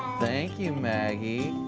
thank you, maggie.